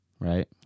Right